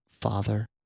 father